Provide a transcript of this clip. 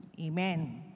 Amen